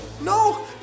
No